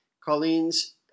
Colleen's